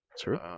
True